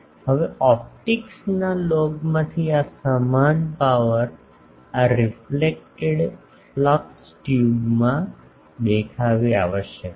હવે ઓપ્ટિક્સના લોગમાંથી આ સમાન પાવર આ રિફલેકટેડ ફ્લક્સ ટ્યુબમાં દેખાવી આવશ્યક છે